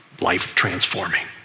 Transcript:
life-transforming